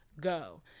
go